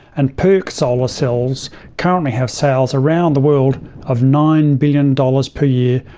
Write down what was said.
and perc solar cells currently have sales around the world of nine billion dollars per year,